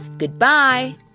Goodbye